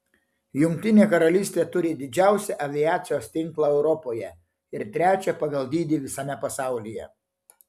jungtinė karalystė turi didžiausią aviacijos tinklą europoje ir trečią pagal dydį visame pasaulyje